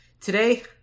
Today